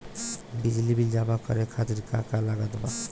बिजली बिल जमा करे खातिर का का लागत बा?